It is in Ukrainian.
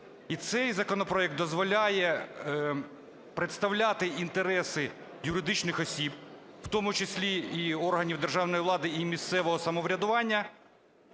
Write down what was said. І цей законопроект дозволяє представляти інтереси юридичних осіб, у тому числі і органів державної влади, і місцевого самоврядування